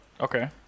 Okay